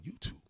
YouTube